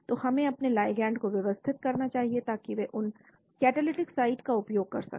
तो हमें अपने लिगैंड को व्यवस्थित करना चाहिए ताकि वे उन कैटालिटिक साइट का उपयोग कर सकें